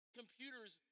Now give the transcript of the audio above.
computers